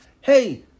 hey